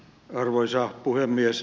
arvoisa puhemies